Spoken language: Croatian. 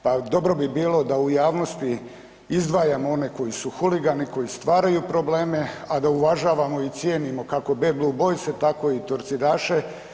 Pa dobro bi bilo da u javnosti izdvajamo one koji su huligani, koji stvaraju probleme, a da uvažavamo i cijenimo kako Bad Blue Boyse, tako i Torcidaše.